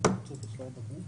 יותר נוקשה,